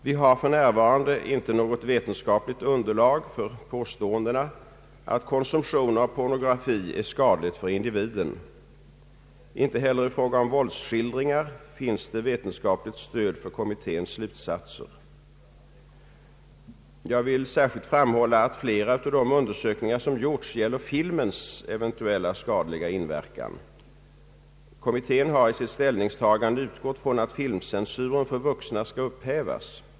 Vi har för närvarande inte något vetenskapligt underlag för påståendena att konsumtion av pornografi är skadlig för individen. Inte heller i frå ga om våldsskildringar finns det vetenskapligt stöd för kommitténs slutsatser. Jag vill särskilt framhålla att flera av de undersökningar som gjorts gäller filmens eventuellt skadliga inverkan. Kommittén har i sitt ställningstagande utgått från att filmcensuren för vuxna skall upphävas.